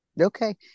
Okay